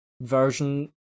version